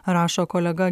rašo kolega